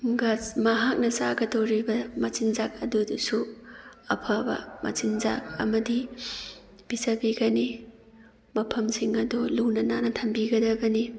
ꯃꯍꯥꯛꯅ ꯆꯥꯒꯗꯧꯔꯤꯕ ꯃꯆꯤꯟꯖꯥꯛ ꯑꯗꯨꯗꯨꯁꯨ ꯑꯐꯕ ꯃꯆꯤꯟꯖꯥꯛ ꯑꯃꯗꯤ ꯄꯤꯖꯕꯤꯒꯅꯤ ꯃꯐꯝꯁꯤꯡ ꯑꯗꯣ ꯂꯨꯅ ꯅꯥꯟꯅ ꯊꯝꯕꯤꯒꯗꯕꯅꯤ